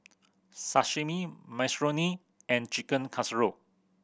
Sashimi Minestrone and Chicken Casserole